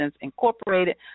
Incorporated